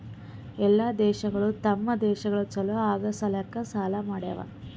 ಎಲ್ಲಾ ದೇಶಗೊಳ್ ತಮ್ ದೇಶ ಛಲೋ ಆಗಾ ಸಲ್ಯಾಕ್ ಸಾಲಾ ಮಾಡ್ಯಾವ್